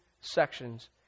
sections